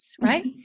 Right